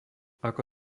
ako